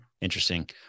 Interesting